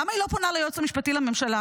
למה היא לא פונה ליועץ המשפטי לממשלה